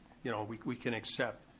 you know, we we can accept.